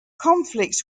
conflicts